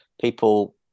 people